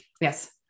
Yes